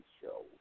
show